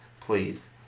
please